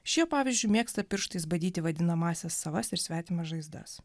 šie pavyzdžiui mėgsta pirštais badyti vadinamąsias savas ir svetimas žaizdas